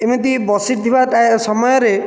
ଏମିତି ବସିଥିବା ସମୟରେ